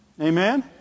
Amen